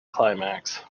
climax